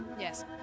Yes